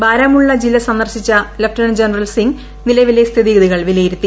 ബാരമുള്ള ജില്ല സന്ദർശിച്ച lieutenant general Singh നിലവിലെ സ്ഥിതിഗതികൾ വിലയിരുത്തി